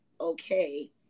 okay